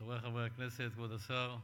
חברי חברי הכנסת, כבוד השר,